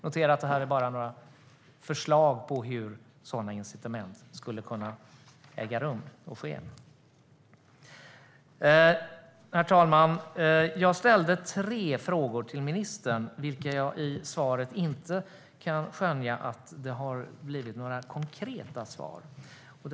Notera att detta bara är några förslag på hur sådana incitament skulle kunna fungera. Herr talman! Jag ställde tre frågor till ministern vilka jag i svaret inte kan skönja några konkreta svar på.